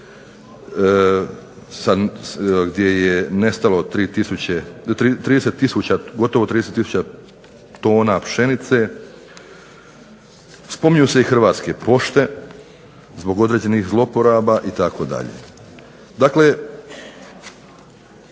gdje je nestalo 30 tisuća tona pšenice. Spominju se i Hrvatske pošte zbog određenih zloporaba itd. Dakle,